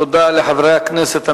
תודה לחברי הכנסת המציעים.